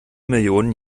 millionen